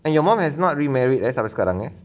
and your mum has not remarried eh sampai sekarang eh